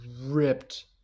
ripped